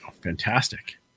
Fantastic